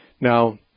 Now